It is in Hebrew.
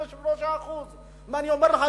23%. אני אומר לך,